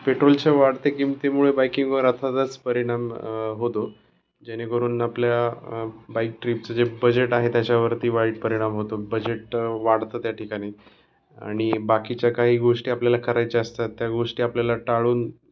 पेट्रोलच्या वाढत्या किमतीमुळे बाईकिंगवर अताातच परिणाम होतो जेणेकरून आपल्या बाईक ट्रिपचं जे बजेट आहे त्याच्यावरती वाईट परिणाम होतो बजेट वाढतं त्या ठिकाणी आणि बाकीच्या काही गोष्टी आपल्याला करायच्या असतात त्या गोष्टी आपल्याला टाळून